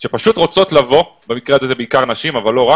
שפשוט רוצות לבוא - במקרה הזה אלה בעיקר נשים אבל לא רק